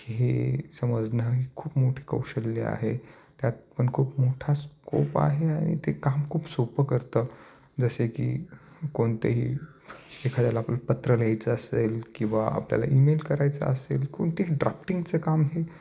हे समजणं ही खूप मोठी कौशल्य आहे त्यात पण खूप मोठा स्कोप आहे आणि ते काम खूप सोपं करतं जसे की कोणतेही एखाद्याला आपलं पत्र लिहायचं असेल किंवा आपल्याला ईमेल करायचं असेल कोणतेही ड्राफ्टिंगचं काम हे